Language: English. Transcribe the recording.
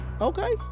Okay